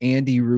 Andy